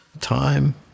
time